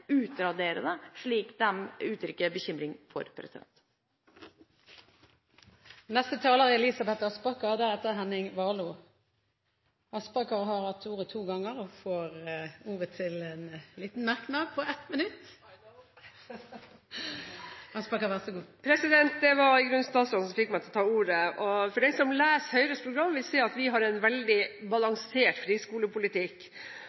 utradere den, slik de uttrykker bekymring for. Representanten Elisabeth Aspaker har hatt ordet to ganger og får ordet til en kort merknad, begrenset til 1 minutt. Det var i grunnen statsråden som fikk meg til å ta ordet. Den som leser Høyres program, vil se at vi har en veldig